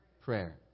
prayer